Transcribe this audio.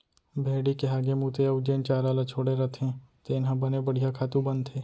भेड़ी के हागे मूते अउ जेन चारा ल छोड़े रथें तेन ह बने बड़िहा खातू बनथे